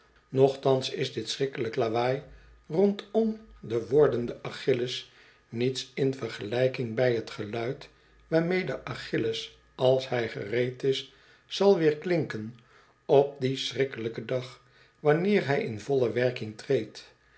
lawaai rondom den wordenden achilles niets in vergelijking bij t geluid waarmee de achilles als hij gereed is zal weerklinken op dien schrikkeiijken dag wanneer hij in volle werking treedt